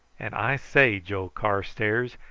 and i say, joe carstairs,